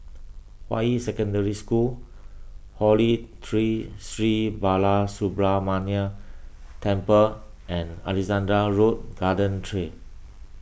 Hua Yi Secondary School Holy Tree Sri Balasubramaniar Temple and Alexandra Road Garden Trail